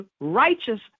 righteous